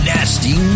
Nasty